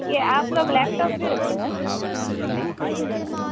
یہ آپ لوگ لیپ ٹاپ بھی رکھتے میم